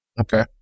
Okay